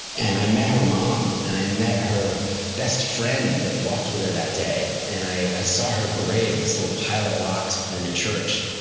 and i met her mom and i met her best friend that walked with her that day. and i saw her grave, this little pile of rocks behind a church.